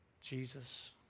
Jesus